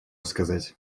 сказать